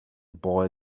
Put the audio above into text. boy